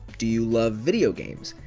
do you love video games?